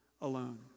alone